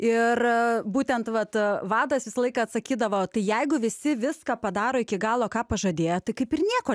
ir būtent vat vadas visą laiką atsakydavo jeigu visi viską padaro iki galo ką pažadėję tai kaip ir nieko